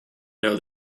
know